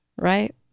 right